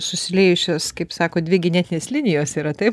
susiliejusios kaip sako dvi genetinės linijos yra taip